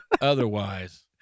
otherwise